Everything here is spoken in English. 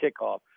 kickoff